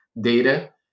data